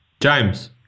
James